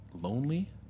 lonely